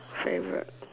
favourite